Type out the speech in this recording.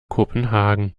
kopenhagen